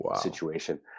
situation